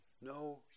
no